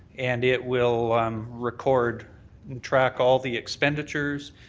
and it will um record and track all the expenditures.